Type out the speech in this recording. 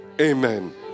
amen